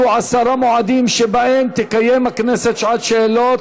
בכל מושב יהיו עשרה מועדים שבהם תקיים הכנסת שעת שאלות,